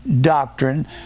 doctrine